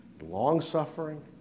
long-suffering